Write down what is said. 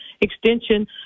extension